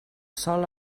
sol